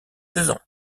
saison